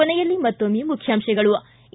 ಕೊನೆಯಲ್ಲಿ ಮತ್ತೊಮ್ಮೆ ಮುಖ್ಯಾಂತಗಳು ು